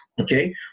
okay